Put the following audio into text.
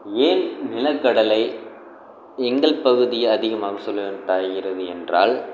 ஏன் நிலக்கடலை எங்கள் பகுதி அதிக மகசூல் தருகிறது என்றால்